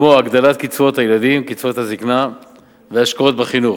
כמו הגדלת קצבאות הילדים וקצבאות הזיקנה והשקעות בחינוך.